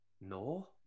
no